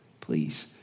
Please